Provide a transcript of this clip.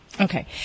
Okay